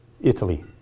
Italy